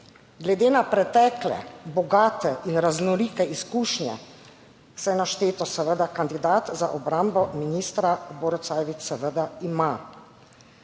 Glede na pretekle bogate in raznolike izkušnje, vse našteto seveda kandidat za obrambo ministra Borut Sajovic seveda ima